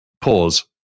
pause